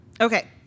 Okay